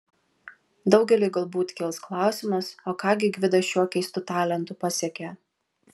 daugeliui galbūt kils klausimas o ką gi gvidas šiuo keistu talentu pasiekė